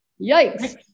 yikes